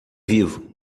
vivo